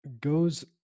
goes